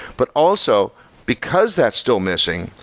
but also because that's still missing,